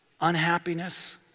unhappiness